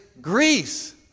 Greece